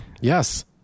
Yes